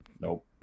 Nope